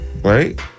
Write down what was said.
Right